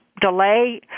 delay